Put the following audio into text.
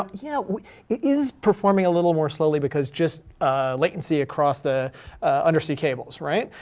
um you know, it is performing a little more slowly, because just latency across the undersea cables, right?